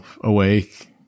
awake